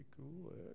cool